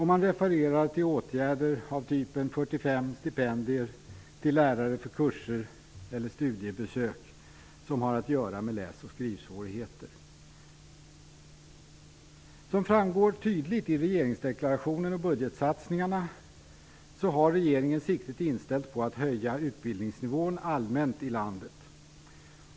Man refererar till åtgärder av typen 45 stipendier till lärare för kurser eller studiebesök som har att göra med läs och skrivsvårigheter. Som tydligt framgår av regeringsdeklarationen och av budgetsatsningarna har regeringen siktet inställt på att höja den allmänna utbildningsnivån i landet.